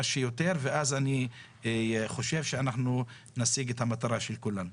שיותר ואז אני חושב שאנחנו נשיג את המטרה של כולנו.